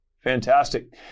Fantastic